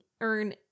earn